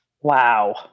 Wow